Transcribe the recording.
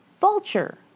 Vulture